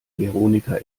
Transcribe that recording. veronika